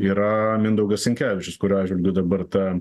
yra mindaugas sinkevičius kurio atžvilgiu dabar ta